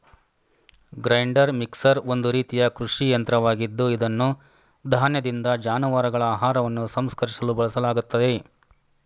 grinder mixer ಒಂದು ರೀತಿಯ ಕೃಷಿ ಯಂತ್ರವಾಗಿದ್ದು ಇದನ್ನು ಧಾನ್ಯದಿಂದ ಜಾನುವಾರುಗಳ ಆಹಾರವನ್ನು ಸಂಸ್ಕರಿಸಲು ಬಳಸಲಾಗ್ತದೆ